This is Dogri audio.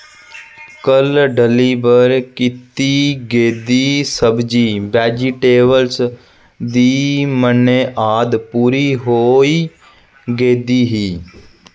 कल्ल डलीवर कीती गेदी सब्जी वैजिटेबल्स दी मनेआद पूरी होई गेदी ही